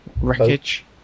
wreckage